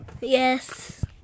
Yes